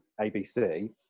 ABC